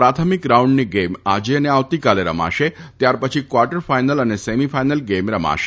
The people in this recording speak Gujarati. પ્રાથમિક રાઉન્ડની ગેમ આજે અને આવતીકાલે રમાશે ત્યારપછી ક્વાર્ટર ફાઈનલ અને સેમી ફાઈનલ ગેમ રમાશે